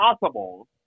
possible